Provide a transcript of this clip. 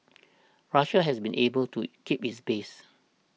Russia has been able to keep its base